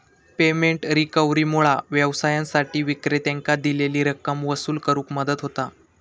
payment रिकव्हरीमुळा व्यवसायांसाठी विक्रेत्यांकां दिलेली रक्कम वसूल करुक मदत होता